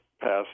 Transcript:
passed